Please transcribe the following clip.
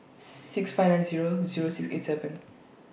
six five nine Zero Zero six eight seven